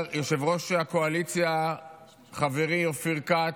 יושב-ראש הקואליציה חברי אופיר כץ,